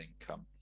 income